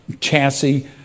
chassis